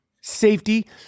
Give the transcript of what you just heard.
safety